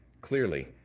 Clearly